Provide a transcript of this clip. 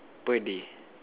per day